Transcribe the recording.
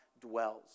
dwells